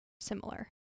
similar